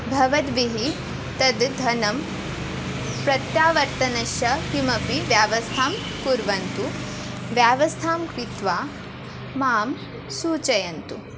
भवद्भिः तद् धनं प्रत्यावर्तनश्च किमपि व्यवस्थां कुर्वन्तु व्यवस्थां कृत्वा मां सूचयन्तु